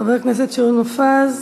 חבר הכנסת שאול מופז,